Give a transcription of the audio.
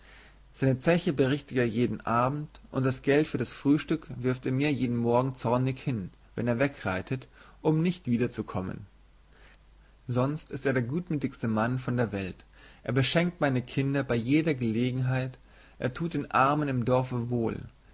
seine zeche berichtigt er jeden abend und das geld für das frühstück wirft er mir jeden morgen zornig hin wenn er wegreitet um nicht wiederzukommen sonst ist er der gutmütigste mensch von der welt er beschenkt meine kinder bei jeder gelegenheit er tut den armen im dorfe wohl